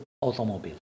automobile